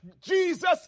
Jesus